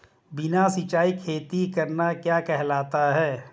बिना सिंचाई खेती करना क्या कहलाता है?